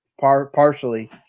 partially